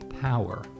power